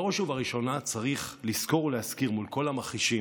בראש ובראשונה צריך לזכור ולהזכיר מול כל המכחישים,